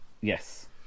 yes